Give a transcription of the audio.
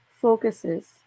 focuses